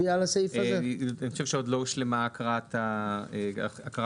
עוד לא הושלמה הקראת הסעיף.